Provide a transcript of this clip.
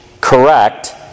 correct